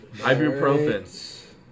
Ibuprofen